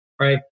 right